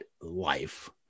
life